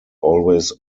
always